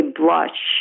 blush